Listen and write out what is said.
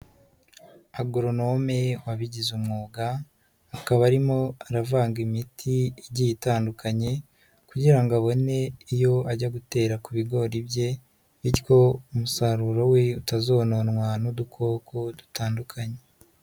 Agoronome wabigize umwuga akaba arimo aravanga imiti igiye itandukanye kugira ngo abone iyo ajya gutera ku bigori bye bityo umusaruro we utazononwa n'udukoko dutandukanye.